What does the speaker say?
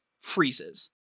freezes